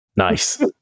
nice